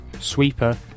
sweeper